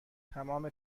تمام